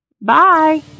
Bye